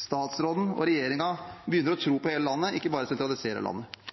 statsråden og regjeringen begynner å tro på hele landet, og ikke bare sentraliserer landet.